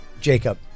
Jacob